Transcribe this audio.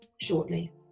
shortly